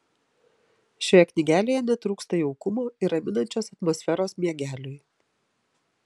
šioje knygelėje netrūksta jaukumo ir raminančios atmosferos miegeliui